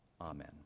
Amen